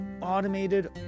automated